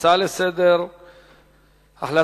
הצעות לסדר-היום מס' 2311,